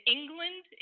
England